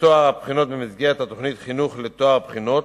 בטוהר הבחינות במסגרת התוכנית "חינוך לטוהר הבחינות",